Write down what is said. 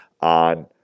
on